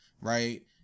right